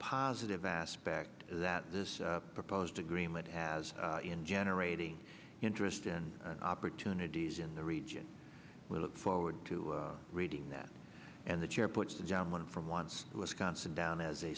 positive aspects that this proposed agreement has in generating interest and opportunities in the region we look forward to reading that and the chair puts the gentleman from once wisconsin down as a